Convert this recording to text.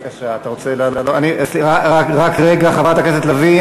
רק רגע, חברת הכנסת לביא.